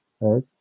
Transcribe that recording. right